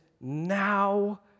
now